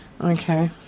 Okay